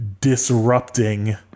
disrupting